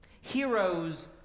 Heroes